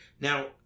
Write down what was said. now